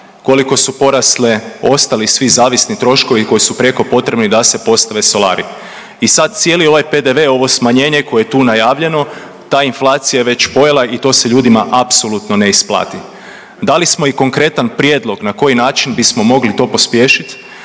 koliko su porasli ostali svi zavisni troškovi koji su prijeko potrebni da se postave solari. I sad cijeli ovaj PDV, ovo smanjenje koje je tu najavljeno, ta inflacija je već pojela i to se ljudima apsolutno ne isplati. Dali smo i konkretan prijedlog na koji način bismo mogli to pospješiti,